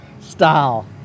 style